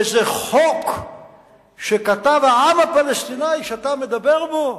איזה חוק שכתב העם הפלסטיני שאתה מדבר בו?